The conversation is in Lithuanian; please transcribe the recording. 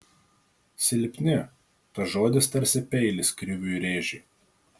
silpni tas žodis tarsi peilis kriviui rėžė